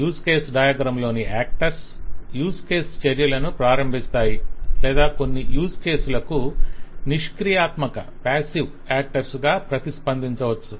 use case diagram లోని actors use case చర్యలను ప్రారంభిస్థాయి లేదా కొన్ని యూజ్ కేసులకు నిష్క్రియాత్మక యాక్టర్స్ గా ప్రతిస్పందించవచ్చు